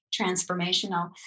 transformational